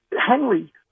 Henry